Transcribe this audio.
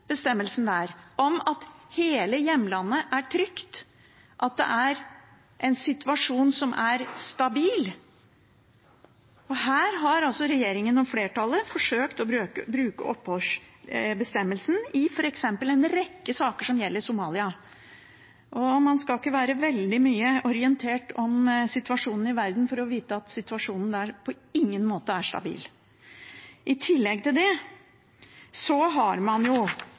om at hele hjemlandet er trygt, at det er en situasjon som er stabil. Her har altså regjeringen og flertallet forsøkt å bruke opphørsbestemmelsen i f.eks. en rekke saker som gjelder Somalia. Man skal ikke være veldig mye orientert om situasjonen i verden for å vite at situasjonen der på ingen måte er stabil. I tillegg har man jo